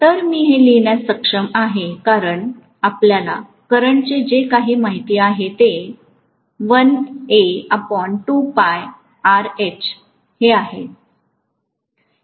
तर मी हे लिहिण्यास सक्षम आहे कारण आपल्याला करंटचे जे काही माहित आहे ते h आहे